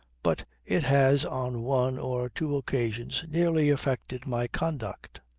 but it has on one or two occasions nearly affected my conduct.